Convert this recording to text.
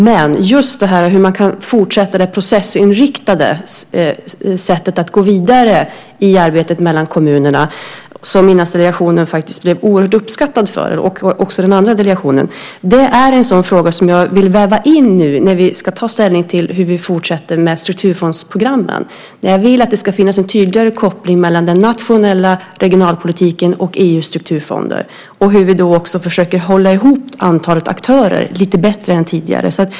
Men hur det processinriktade arbetet ska gå vidare i arbetet mellan kommunerna, som Inlandsdelegationen faktiskt blev oerhört uppskattad för, och också den andra delegationen, är en fråga som jag vill väva in när vi ska ta ställning till hur vi fortsätter med strukturfondsprogrammen. Jag vill att det ska finnas en tydligare koppling mellan den nationella regionalpolitiken och EU:s strukturfonder. Vi ska försöka hålla ihop antalet aktörer lite bättre än tidigare.